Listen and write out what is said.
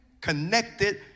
connected